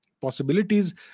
Possibilities